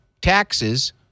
taxes